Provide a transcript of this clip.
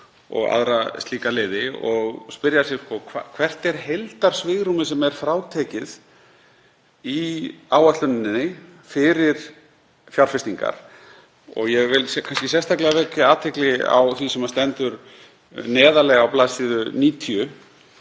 og aðra slíka liði og spyrja sig: Hvert er heildarsvigrúmið sem er frátekið í áætluninni fyrir fjárfestingar? Ég vil sérstaklega vekja athygli á því sem stendur neðarlega á bls. 90